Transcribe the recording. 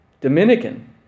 Dominican